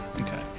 okay